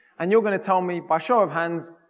and you're gonna tell me by show of hands,